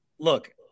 Look